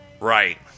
right